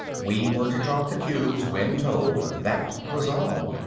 we were to drop the cubes when told, that was all.